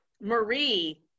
Marie